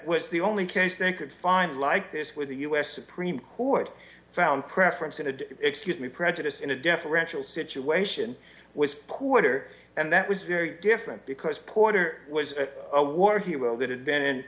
was the only case think you'd find like this where the u s supreme court found preference in the excuse me prejudice in a deferential situation was poor and that was very different because porter was a war hero that had been in